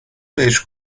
بهش